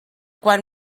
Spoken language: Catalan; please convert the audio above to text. quan